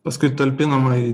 paskui talpinama į